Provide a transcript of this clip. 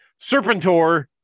Serpentor